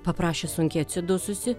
paprašė sunkiai atsidususi